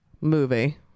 movie